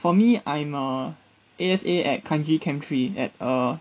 for me I'm a A_S_A at kranji camp three at err